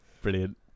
Brilliant